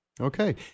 Okay